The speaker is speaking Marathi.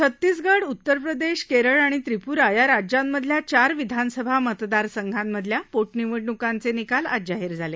छत्तीसगड उत्तरप्रदेश केरळ आणि त्रिपूरा या राज्यांमधल्या चार विधानसभा मतदारसंघांमधल्या पोटनिवडणुकांचे निकाल आज जाहीर झाले